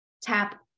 tap